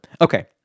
Okay